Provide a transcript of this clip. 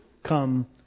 Come